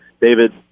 David